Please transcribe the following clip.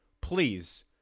please